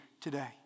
today